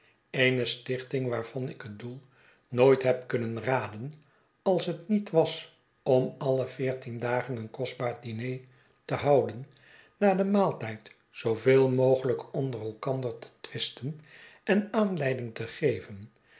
eene stichting waarvan ik het doel nooit heb kunnen raden als het niet was om alle veertien dagen een kostbaar diner te houden na den maaltijd zooveel mogelijk onder elkander te twisten en aanleiding te geven